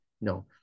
no